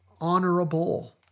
honorable